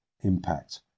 Impact